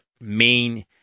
main